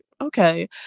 okay